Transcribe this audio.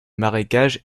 marécage